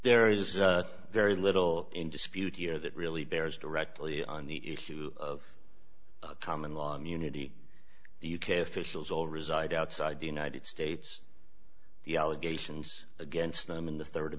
there is very little in dispute here that really bears directly on the issue of common law immunity the u k officials all reside outside the united states the allegations against them in the